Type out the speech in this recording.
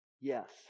Yes